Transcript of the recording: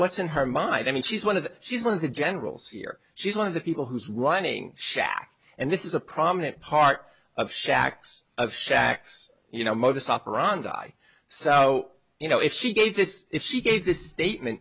what's in her mind i mean she's one of she's one of the generals here she's one of the people who's running shaq and this is a prominent part of shaq's of shaq's you know modus operandi so you know if she gave this if she gave this statement